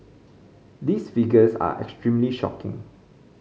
these figures are extremely shocking